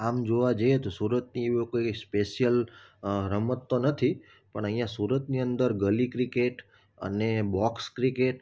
આમ જોવા જઈએ તો સુરત એવું કોઈ સ્પેશિયલ રમત તો નથી પણ અહીંયાં સુરતની અંદર ગલી ક્રિકેટ અને બોક્સ ક્રિકેટ